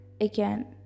again